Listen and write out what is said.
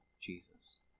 Jesus